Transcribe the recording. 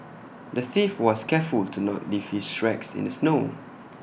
the thief was careful to not leave his tracks in the snow